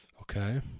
Okay